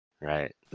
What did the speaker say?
right